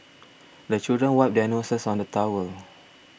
the children wipe their noses on the towel